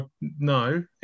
no